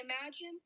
Imagine